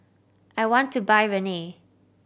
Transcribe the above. I want to buy Rene